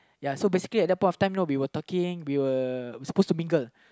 ya so basically at that point of time know we were talking we were supposed to mingle